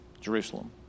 Jerusalem